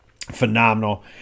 phenomenal